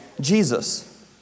Jesus